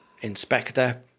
inspector